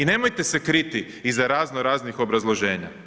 I nemojte se kriti iza razno raznih obrazloženja.